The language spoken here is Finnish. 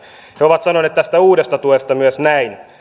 he ovat sanoneet tästä uudesta tuesta myös näin